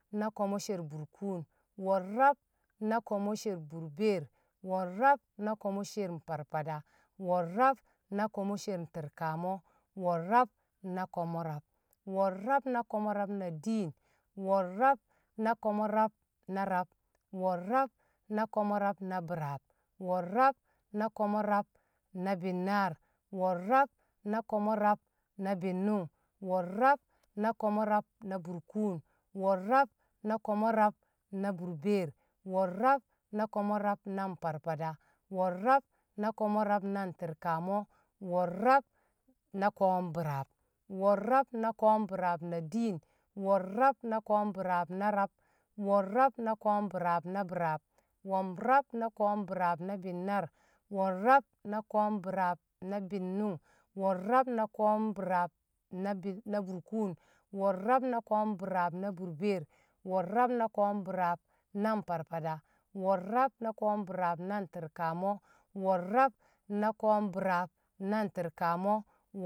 Na ko̱mo̱ Sher burkuun. Wo̱n rab na Ko̱mo̱-Sher burbeer. Wo̱n rab na Ko̱mo̱-Sher nFarFada. Wo̱n rab na Ko̱mo̱-Sher nTi̱rkamo. Wo̱n rab na Ko̱mo̱-rab. Wo̱n rab na Ko̱mo̱-rab na diin. Wo̱n rab na Ko̱mo̱-rab na rab. Wo̱n rab na Ko̱mo̱-rab na bi̱raab. Wo̱n rab na Ko̱mo̱-rab na bi̱nnaar. Wo̱n rab na Ko̱mo̱-rab na bi̱nnṵng. Wo̱n rab na Ko̱mo̱-rab na burkuun. Wo̱n rab na Ko̱mo̱-rab na burbeer. Wo̱n rab na Ko̱mo̱-rab na nFarFada. Wo̱n rab na Ko̱mo̱-rab na nTi̱rkamo. Wo̱n rab na Ko̱o̱m- bi̱raab. Wo̱n rab na Ko̱o̱m- bi̱raab na diin. Wo̱n rab na Ko̱o̱m- bi̱raab na rab. Wo̱n rab na Ko̱o̱m- bi̱raab na bi̱raab. Wo̱n rab na Ko̱o̱m- bi̱raab na binnaar. Wo̱n rab na Ko̱o̱m- bi̱raab na bi̱nnṵng. Wo̱n rab na Ko̱o̱m- bi̱raab na burkun. Wo̱n rab na Ko̱o̱m- bi̱raab na burbeer. Wo̱n rab na Ko̱o̱m- bi̱raab na nFarFada. Wo̱n rab na Ko̱o̱m- bi̱raab na nTi̱rkamo. Wo̱n rab na Ko̱o̱m- bi̱raab na nTi̱rkamo